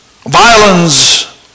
Violence